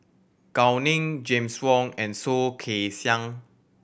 Gao Ning James Wong and Soh Kay Siang